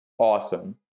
awesome